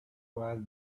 while